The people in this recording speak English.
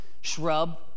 shrub